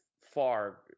far